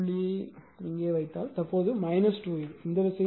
ஏனெனில் புள்ளியை வைத்தால் இங்கே தற்போது 2M